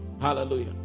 hallelujah